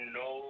no